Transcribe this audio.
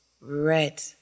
red